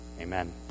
Amen